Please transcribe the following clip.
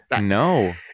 No